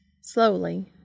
Slowly